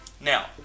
Now